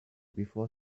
before